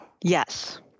Yes